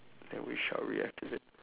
then we shall reactivate